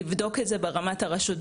לבדוק את זה ברמת הרשות,